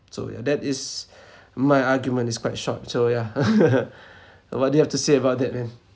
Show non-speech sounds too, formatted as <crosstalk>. so yeah that is <breath> my argument it's quite short so yeah <laughs> <breath> what do you have to say about that man